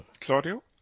Claudio